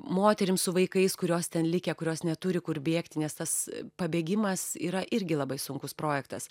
moterim su vaikais kurios ten likę kurios neturi kur bėgti nes tas pabėgimas yra irgi labai sunkus projektas